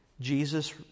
Jesus